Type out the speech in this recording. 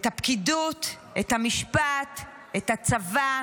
את הפקידות, את המשפט, את הצבא,